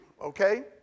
okay